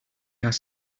ass